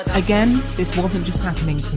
again, this wasn't just happening to